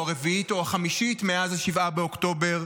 או הרביעית או החמישית מאז 7 באוקטובר,